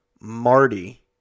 Marty